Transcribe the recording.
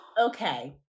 Okay